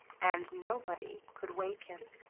and nobody could wake him.